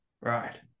right